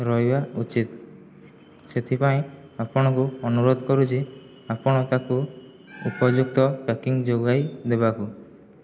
ରହିବା ଉଚିତ୍ ସେଥିପାଇଁ ଆପଣଙ୍କୁ ଅନୁରୋଧ କରୁଛି ଆପଣ ତାକୁ ଉପଯୁକ୍ତ ପ୍ୟାକିଂ ଯୋଗାଇ ଦେବାକୁ